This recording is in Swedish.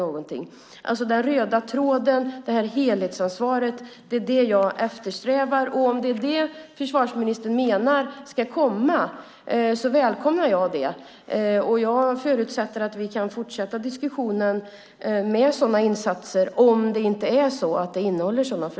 Det är alltså den röda tråden och detta helhetsansvar som jag eftersträvar. Om det är det som försvarsministern menar ska komma välkomnar jag det. Jag förutsätter att vi kan fortsätta diskussionen om sådana insatser om förslaget inte innehåller det.